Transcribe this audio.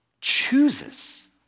chooses